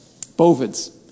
Bovids